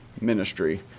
ministry